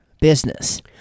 business